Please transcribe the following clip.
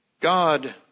God